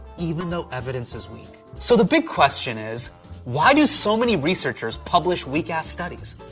even though evidence is weak. so the big question is why do so many researchers publish weak ass studies?